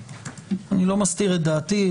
אני לא מסתיר את דעתי,